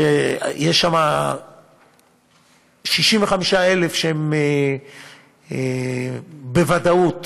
שם 65,000 שהם בוודאות